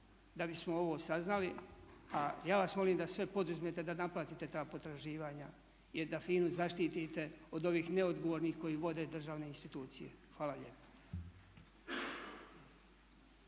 da bismo ovo saznali, a ja vas molim da sve poduzmete da naplatite ta potraživanja jer da FINA-u zaštitite od ovih neodgovornih koji vode državne institucije. Hvala lijepa.